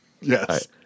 Yes